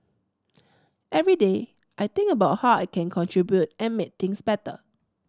every day I think about how I can contribute and make things better